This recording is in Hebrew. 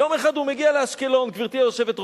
יום אחד הוא מגיע לאשקלון, גברתי היושבת-ראש,